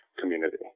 community